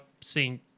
seen